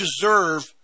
deserve